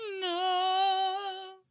No